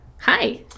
Hi